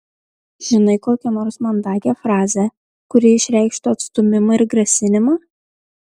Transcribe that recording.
žinai kokią nors mandagią frazę kuri išreikštų atstūmimą ir grasinimą